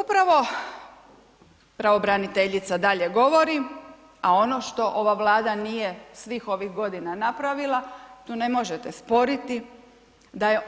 Upravo pravobraniteljica dalje govori, a ono što ova Vlada nije svih ovih godina napravila, tu ne možete sporiti da je